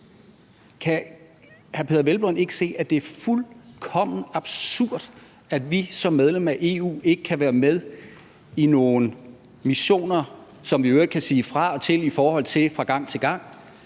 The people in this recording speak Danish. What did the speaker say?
Kan hr. Peder Hvelplund ikke se, at det er fuldkommen absurd, at vi som medlem af EU ikke kan være med i nogle missioner, som vi i øvrigt kan sige fra og til i forhold til fra gang til gang,